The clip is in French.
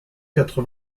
quatre